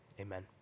Amen